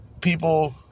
People